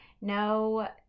no